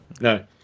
no